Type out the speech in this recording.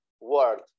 word